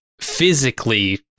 physically